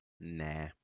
Nah